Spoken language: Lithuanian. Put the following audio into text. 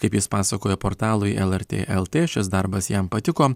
kaip jis pasakoja portalui lrt lt šis darbas jam patiko